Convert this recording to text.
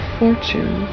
fortune